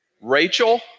Rachel